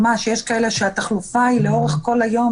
יש כאלה שהתחלופה לאורך כל היום.